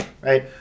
Right